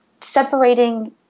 separating